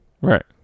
right